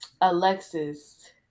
Alexis